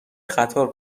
قطار